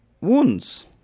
wounds